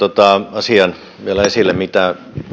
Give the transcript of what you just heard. asian vielä esille minkä